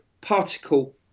particle